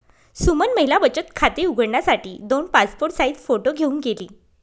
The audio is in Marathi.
सुमन महिला बचत खाते उघडण्यासाठी दोन पासपोर्ट साइज फोटो घेऊन गेली